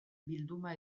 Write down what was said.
bilduma